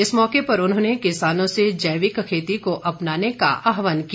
इस मौके पर उन्होंने किसानों से जैविक खेती को अपनाने का आहवान किया